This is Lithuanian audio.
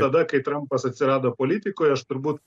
tada kai trampas atsirado politikoj aš turbūt